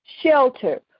shelter